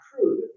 true